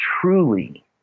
truly